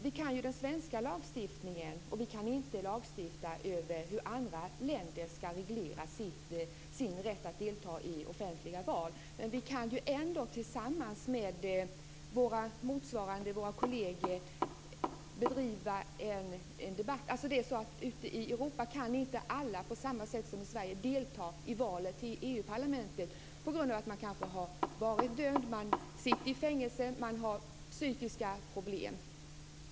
Vi har ju vår svenska lagstiftning, och vi kan inte lagstifta över hur andra länder skall reglera rätten att delta i offentliga val. Men vi kan ändå tillsammans med våra kolleger bedriva en debatt. Det är alltså så att ute i Europa kan inte alla på samma sätt som här i Sverige delta i valet till EU parlamentet. Det kan kanske bero på att man har varit dömd, på att man sitter i fängelse eller på att man har psykiska problem.